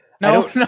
No